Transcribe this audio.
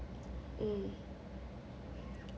mm